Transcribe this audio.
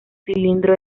cilindro